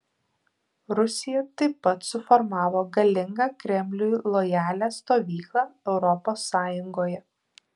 rusija taip pat suformavo galingą kremliui lojalią stovyklą europos sąjungoje